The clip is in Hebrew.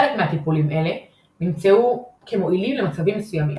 חלק מטיפולים אלה נמצאו כמועילים למצבים מסוימים.